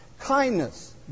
kindness